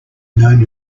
known